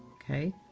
ok.